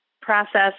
process